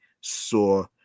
saw